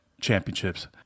Championships